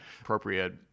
appropriate